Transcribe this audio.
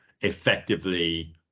effectively